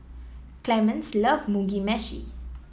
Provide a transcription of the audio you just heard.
Clemens loves Mugi Meshi